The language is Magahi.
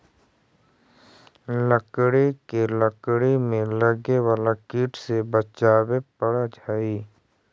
लकड़ी के लकड़ी में लगे वाला कीट से बचावे पड़ऽ हइ